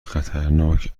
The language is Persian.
خطرناک